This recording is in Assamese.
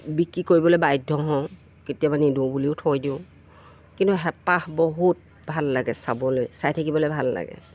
বিক্ৰী কৰিবলৈ বাধ্য হওঁ কেতিয়াবা নিদিওঁ বুলিও থৈ দিওঁ কিন্তু হেঁপাহ বহুত ভাল লাগে চাবলৈ চাই থাকিবলৈ ভাল লাগে